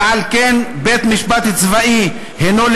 ועל כן בית-משפט צבאי הנו,